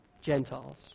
Gentiles